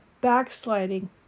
backsliding